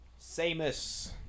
Samus